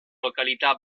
località